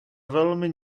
velmi